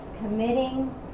committing